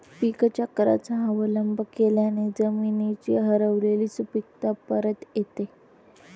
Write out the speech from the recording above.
पीकचक्राचा अवलंब केल्याने जमिनीची हरवलेली सुपीकता परत येते